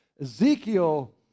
Ezekiel